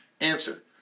Answer